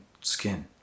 skin